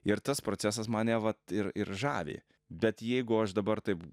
ir tas procesas mane vat ir ir žavi bet jeigu aš dabar taip